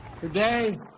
Today